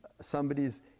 somebody's